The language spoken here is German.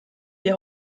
die